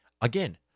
Again